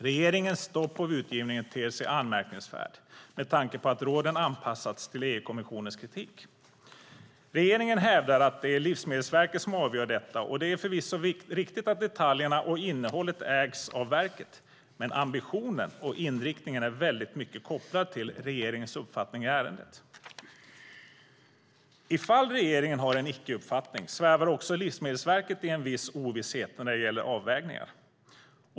Regeringens stopp av utgivningen ter sig anmärkningsvärd med tanke på att råden anpassats till EU-kommissionens kritik. Regeringen hävdar att det är Livsmedelsverket som avgör detta, och det är förvisso riktigt att detaljerna och innehållet ägs av verket, men ambitionen och inriktningen är väldigt mycket kopplad till regeringens uppfattning i ärendet. Om regeringen har en icke-uppfattning svävar också Livsmedelsverket i en viss ovisshet när det gäller avvägningar.